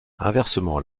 inversement